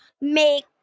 make